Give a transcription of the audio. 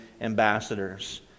ambassadors